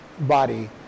body